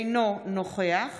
אינו נוכח